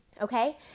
Okay